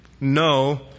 no